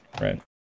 right